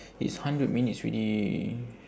it's hundred minutes already